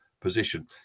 position